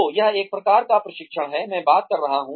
तो यह एक प्रकार का प्रशिक्षण है मैं बात कर रहा हूँ